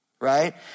right